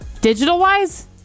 digital-wise